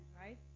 right